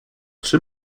czy